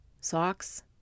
socks